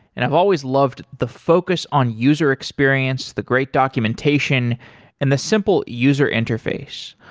and i've always loved the focus on user experience, the great documentation and the simple user interface.